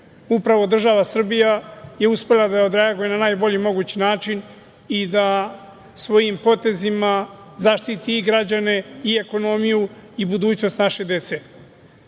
država Srbija je uspela da odreaguje na najbolji mogući način i da svojim potezima zaštiti i građane i ekonomiju i budućnost naše dece. Ne